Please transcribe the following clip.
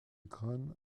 crâne